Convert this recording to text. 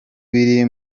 biri